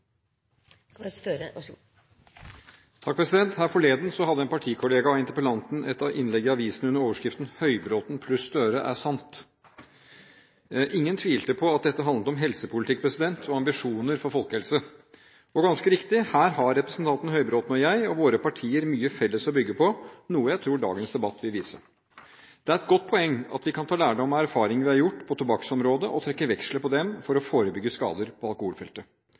Her forleden hadde en partikollega av interpellanten et innlegg i avisen under overskriften «Støre + Høybråten = sant». Ingen tvilte på at dette handlet om helsepolitikk og ambisjoner for folkehelse. Og ganske riktig, her har representanten Høybråten og jeg – og våre partier – mye felles å bygge på, noe jeg tror dagens debatt vil vise. Det er et godt poeng at vi kan ta lærdom av erfaringer vi har gjort på tobakksområdet og trekke veksler på dem for å forebygge skader på alkoholfeltet.